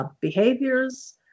behaviors